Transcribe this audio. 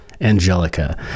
Angelica